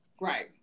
Right